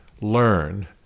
learn